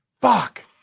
Fuck